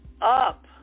up